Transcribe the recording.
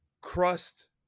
crust